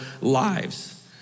lives